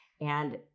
and-